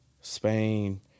Spain